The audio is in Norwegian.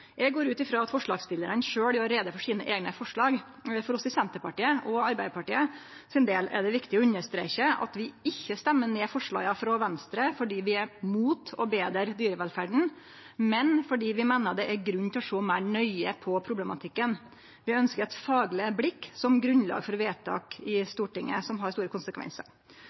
Eg går ut frå at forslagsstillarane sjølve gjer greie for eigne forslag. For oss i Senterpartiet og Arbeidarpartiet er det viktig å streke under at vi ikkje stemmer ned forslaga frå Venstre fordi vi er mot å betre dyrevelferda, men fordi vi meiner det er grunn til å sjå meir nøye på problematikken. Vi ønskjer eit fagleg blikk som grunnlag for vedtak i Stortinget som har store konsekvensar.